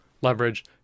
leverage